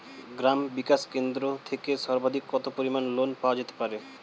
গ্রাম বিকাশ কেন্দ্র থেকে সর্বাধিক কত পরিমান লোন পাওয়া যেতে পারে?